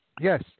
Yes